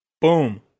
Boom